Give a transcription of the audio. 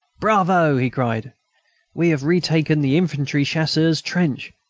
bravo! he cried we have retaken the infantry chasseurs' trench!